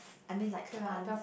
I mean like plant